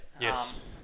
Yes